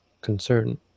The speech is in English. concern